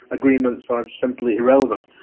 agreements are simply irrelevant.